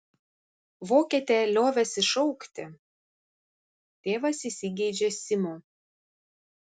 vokietę liovęsis šaukti tėvas įsigeidžia simo